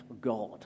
God